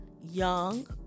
young